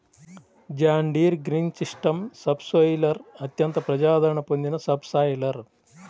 John Deere green system subsoiler అత్యంత ప్రజాదరణ పొందిన సబ్ సాయిలర్